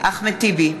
אחמד טיבי,